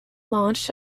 launched